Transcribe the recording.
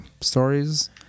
stories